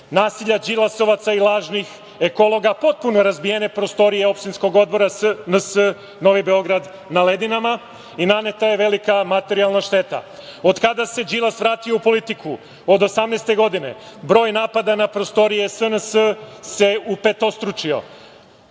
nasilja Đilasovaca i lažnih ekologa potpuno razbijene prostorije opštinskog odbora SNS Novi Beograd na Ledinama. Naneta je velika materijalna šteta. Od kada se Đilas vratio u politiku, od 2018. godine broj napada na prostorije SNS se upetostručio. Ovakav